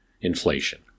Inflation